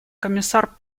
комиссар